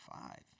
five